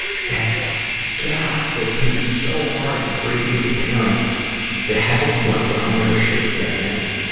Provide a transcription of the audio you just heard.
that gap that can be so hard to bridge with a parent that hasn't worked on their shit yet. and,